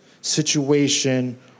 situation